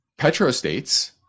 petrostates